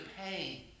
pain